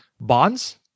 bonds